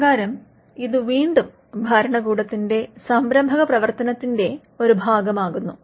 അപ്രകാരം ഇത് വീണ്ടും സംസ്ഥാനത്തിന്റെ സംരംഭക പ്രവർത്തനത്തിന്റെ ഒരു ഭാഗമാകുന്നു